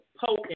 poking